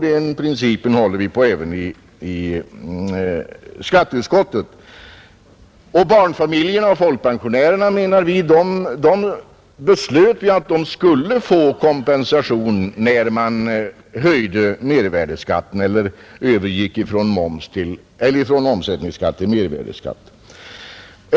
Den principen håller vi på i skatteutskottet. Undantag föder ju bara nya undantag. Barnfamiljerna och folkpensionärerna beslöt vi att ge kompensation när vi övergick från omsättningsskatt till mervärdeskatt.